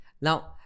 now